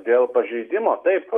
dėl pažeidimo taip